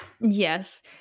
Yes